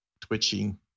twitching